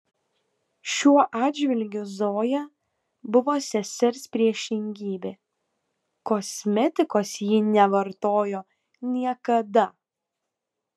šiuo atžvilgiu zoja buvo sesers priešingybė kosmetikos ji nevartojo niekada